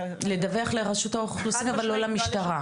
לדווח לרשות האוכלוסין, אבל לא למשטרה?